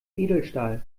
edelstahl